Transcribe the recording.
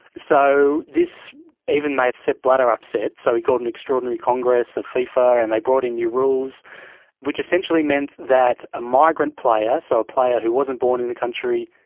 so this even made sepp blatter upset so he called an extraordinary congress of fifa and they brought in new rules which essentially meant that a migrant player, so a player who wasn't born in the country,